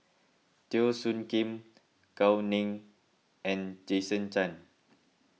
Teo Soon Kim Gao Ning and Jason Chan